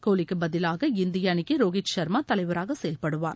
கோலிக்கு பதிலாக இந்திய அணிக்கு ரோஹித் சர்மா தலைவராக செயல்படுவார்